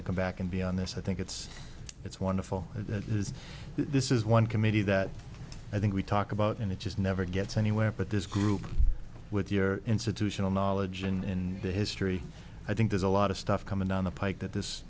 to come back and be on this i think it's it's wonderful that is this is one committee that i think we talk about and it just never gets anywhere but this group with your institutional knowledge in the history i think there's a lot of stuff coming down the pike that this